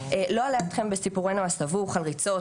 לא אלאה אתכם בסיפורנו הסבוך על ריצות,